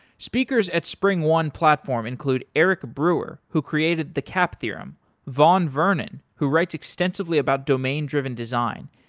speakers at springone platform include eric brewer, who created the cap theorem vaughn vernon, who writes extensively about domain-driven design,